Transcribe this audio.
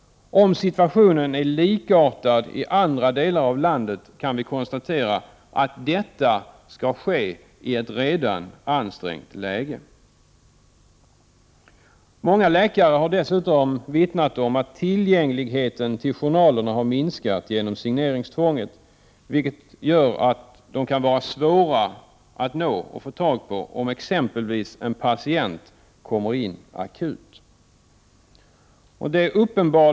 Om situationen är likartad i andra delar av landet, kan vi konstatera att arbetet med signeringen skall ske i ett redan ansträngt läge. Många läkare har dessutom vittnat om att tillgängligheten till journalerna har minskat genom signeringstvånget. Journalerna kan vara svåra att få tag på, om exempelvis en patient kommer in akut.